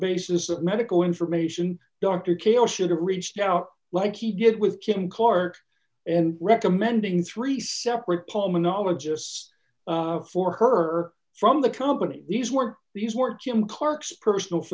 basis of medical information dr calle should have reached out like he did with kim clark and recommending three separate palm a knowledge of for her from the company these were these were jim clark's personal